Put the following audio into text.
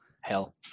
Hell